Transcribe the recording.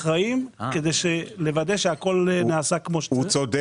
אחראים לוודא שהכל נעשה כמו שצריך.